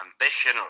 ambition